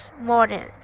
modern